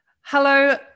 Hello